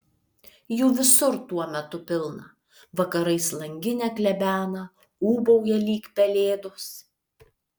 jų visur tuo metu pilna vakarais langinę klebena ūbauja lyg pelėdos